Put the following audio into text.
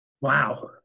Wow